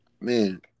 man